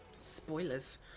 Spoilers